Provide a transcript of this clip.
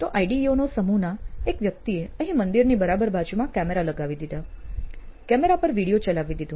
તો આઇડીઈઓ ના સમૂહ ના એક વ્યક્તિએ અહીં મંદિરની બરાબર બાજુમાં કેમેરા લગાવી દીધો કેમેરા પર વિડિઓ ચલાવી દીધો